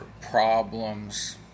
problems